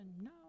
No